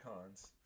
cons